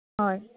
ᱦᱳᱭ